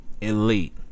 elite